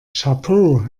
chapeau